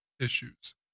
issues